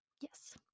Yes